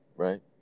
right